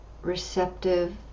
receptive